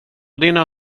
dina